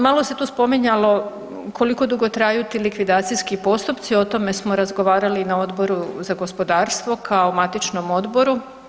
Malo se tu spominjalo koliko dugo traju ti likvidacijski postupci, o tome smo razgovarali na Odboru za gospodarstvo kao matičnom odboru.